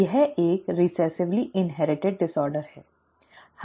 यह एक recessively inherited विकार है